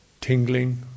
Tingling